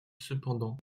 cependant